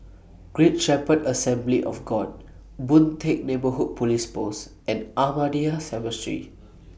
Great Shepherd Assembly of God Boon Teck Neighbourhood Police Post and Ahmadiyya Cemetery